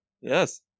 Yes